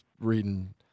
reading